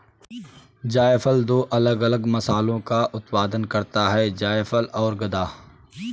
जायफल दो अलग अलग मसालों का उत्पादन करता है जायफल और गदा